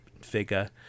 figure